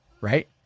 right